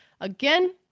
Again